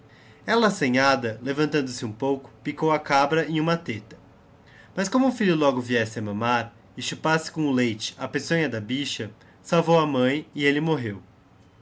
ella assanhada levantando-se hum pouco picou a cabra em huma teta mas como o filho logo viesse a mamar e chupasse com o leite a peçonha da bicha salvou a mãi e elle morreo